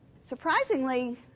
Surprisingly